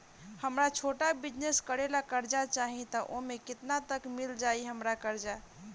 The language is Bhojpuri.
हमरा छोटा बिजनेस करे ला कर्जा चाहि त ओमे केतना तक मिल जायी हमरा कर्जा?